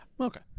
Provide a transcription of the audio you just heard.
Okay